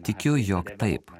tikiu jog taip